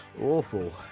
Awful